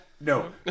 no